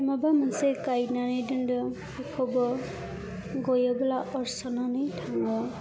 माबा मोनसे गायनानै दोनदों बेखौबो गयोब्ला अरस'नानै थाङो